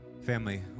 Family